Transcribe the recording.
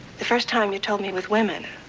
the first time you told me with women.